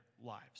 lives